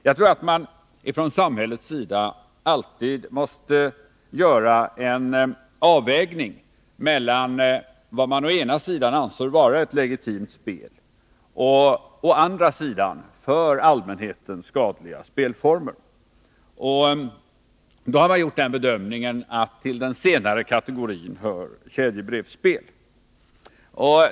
Jag tror att man från samhällets sida alltid måste göra en avvägning mellan vad man å ena sidan anser vara ett legitimt spel och vad man å andra sidan anser vara för allmänheten skadliga spelformer. Vi har då gjort den bedömningen, att till den senare kategorin hör kedjebrevsspel.